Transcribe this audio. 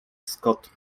scott